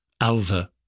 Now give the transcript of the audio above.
Alva